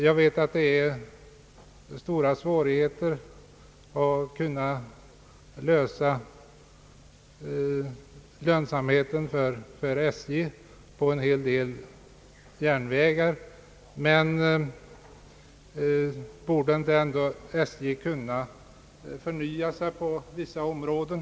Jag vet att det är stora svårigheter att få lönsamhet för SJ på en del järnvägar — man får hoppas att SJ ändå borde kunna förnya sig på vissa områden.